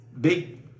big